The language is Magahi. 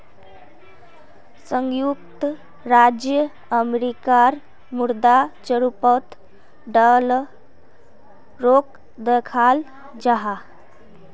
संयुक्त राज्य अमेरिकार मुद्रा रूपोत डॉलरोक दखाल जाहा